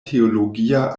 teologia